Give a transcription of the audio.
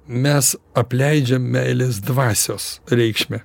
mes apleidžiam meilės dvasios reikšmę